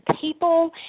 people